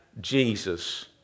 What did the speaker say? Jesus